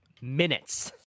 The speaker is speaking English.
minutes